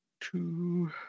two